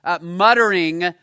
muttering